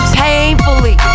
painfully